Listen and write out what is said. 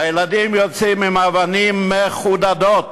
הילדים יוצאים עם אבנים מחודדות.